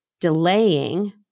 delaying